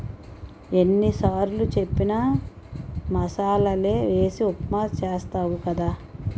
ఎన్ని సారులు చెప్పిన మసాలలే వేసి ఉప్మా చేస్తావు కదా